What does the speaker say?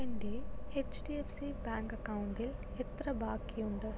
എൻ്റെ HDFC bank അക്കൗണ്ടിൽ എത്ര ബാക്കിയുണ്ട്